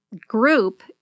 group